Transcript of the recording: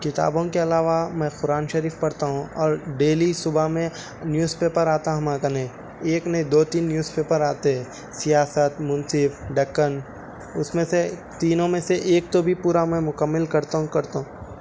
کتابوں کے علاوہ میں قرآن شریف پڑھتا ہوں اور ڈیلی صبح میں نیوز پیپر آتا ہمارے کونے ایک نہیں دو تین نیوز پیپر آتے سیاست منصف دکن اس میں سے تینوں میں سے ایک تو بھی پورا میں مکمل کرتا ہوں کرتا ہوں